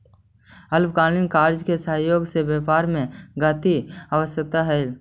अल्पकालिक कर्जा के सहयोग से व्यापार में गति आवऽ हई